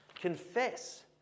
confess